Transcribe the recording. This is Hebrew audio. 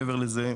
מעבר לזה,